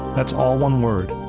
that's all one word,